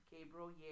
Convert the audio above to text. Gabriel